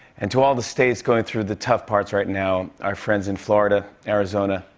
and to all the states going through the tough parts right now, our friends in florida, arizona,